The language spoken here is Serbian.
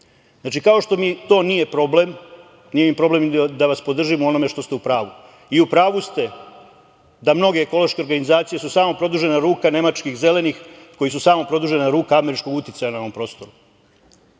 Znači, kao što mi to nije problem, nije mi problem ni da vas podržim u onome što ste u pravu.U pravu ste da mnoge ekološke organizacije su samo produžena ruka nemačkih Zelenih, koji su samo produžena ruka američkog uticaja na ovom prostoru.